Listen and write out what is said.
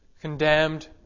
condemned